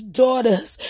daughters